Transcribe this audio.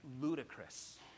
ludicrous